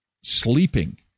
sleeping